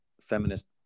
feminist